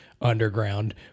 underground